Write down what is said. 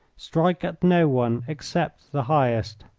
strike at no one except the highest.